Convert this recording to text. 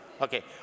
Okay